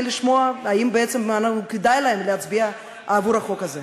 לשמוע אם כדאי להם להצביע עבור החוק הזה.